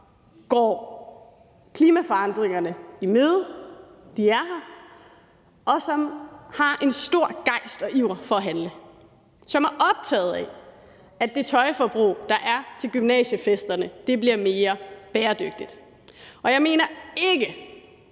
som går klimaforandringerne i møde – de er her – og som har en stor gejst og iver i forhold til at handle; som er optaget af, at det tøjforbrug, der er til gymnasiefesterne, bliver mere bæredygtigt. Og jeg mener ikke,